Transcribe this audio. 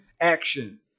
action